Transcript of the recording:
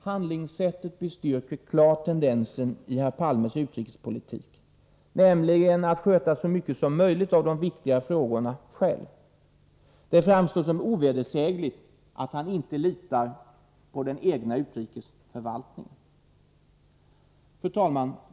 Handlingssättet styrker klart tendensen i herr Palmes utrikespolitik, nämligen att sköta så mycket som möjligt av de viktiga frågorna själv. Det framstår som ovedersägligt att han inte litar på den egna utrikesförvaltningen. Fru talman!